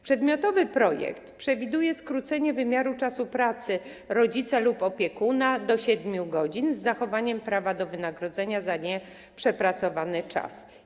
Przedmiotowy projekt przewiduje skrócenie wymiaru czasu pracy rodzica lub opiekuna do 7 godzin, z zachowaniem prawa do wynagrodzenia za nieprzepracowany czas.